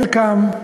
Welcome.